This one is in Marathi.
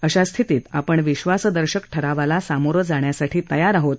अशा स्थितीत आपण विश्वासदर्शक ठरावाला सामोरं जाण्यासाठी तयार आहोत